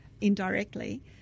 indirectly